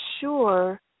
sure